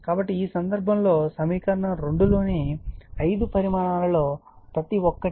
కాబట్టి ఈ సందర్భం లో సమీకరణం 2 లోని ఐదు పరిమాణాలలో ప్రతి ఒక్కటి